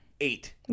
eight